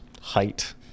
height